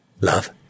Love